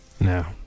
Now